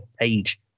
page